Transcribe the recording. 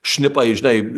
šnipai žinai